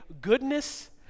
goodness